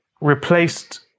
replaced